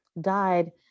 died—